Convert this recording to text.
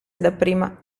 dapprima